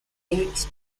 lyrics